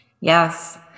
Yes